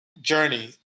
journey